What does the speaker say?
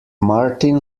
martin